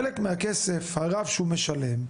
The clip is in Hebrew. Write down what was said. חלק מהכסף הרב שהוא משלם,